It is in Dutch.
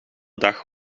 dag